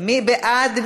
מי בעד?